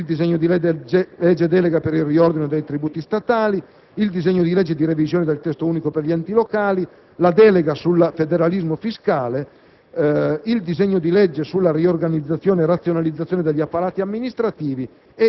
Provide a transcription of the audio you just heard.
il disegno di legge delega per il riordino dei tributi statali, il disegno di legge di revisione del Testo unico per gli enti locali, il disegno di legge delega sul federalismo fiscale, il disegno di legge sulla riorganizzazione e razionalizzazione degli apparati amministrativi,